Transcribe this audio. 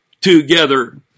together